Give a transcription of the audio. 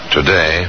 Today